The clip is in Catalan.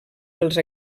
pels